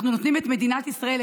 אנחנו נותנים את מדינת ישראל,